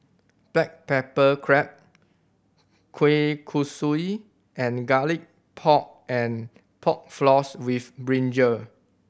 black pepper crab kueh kosui and Garlic Pork and Pork Floss with brinjal